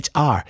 HR